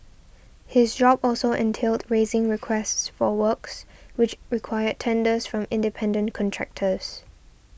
his job also entailed raising requests for works which required tenders from independent contractors